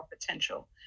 potential